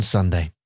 Sunday